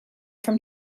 from